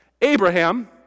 Abraham